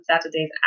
Saturdays